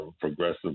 progressive